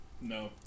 No